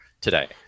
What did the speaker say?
today